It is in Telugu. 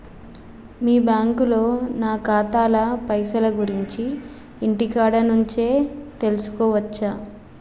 మీ బ్యాంకులో నా ఖాతాల పైసల గురించి ఇంటికాడ నుంచే తెలుసుకోవచ్చా?